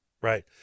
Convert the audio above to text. right